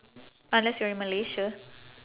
unless you're in malaysia